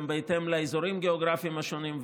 גם בהתאם לאזורים גיאוגרפיים שונים.